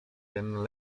ten